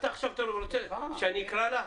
אתה עכשיו רוצה שאני אקרא לה?